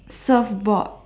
surfboard